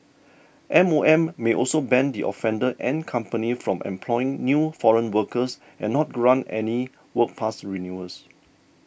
M O M may also ban the offender and company from employing new foreign workers and not grant any work pass renewals